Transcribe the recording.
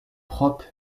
propre